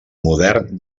modern